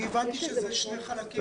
אני הבנתי שזה שני חלקים,